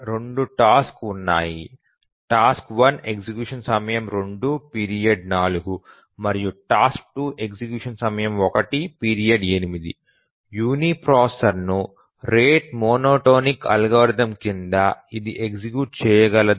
2 task ఉన్నాయి task 1 execution సమయం 2 period 4 మరియు టాస్క్ 2 ఎగ్జిక్యూషన్ సమయం 1 పీరియడ్ 8 యునిప్రాసెసర్ను రేట్ మోనోటోనిక్ అల్గోరిథం కింద ఇది ఎగ్జిక్యూట్ చేయగలదా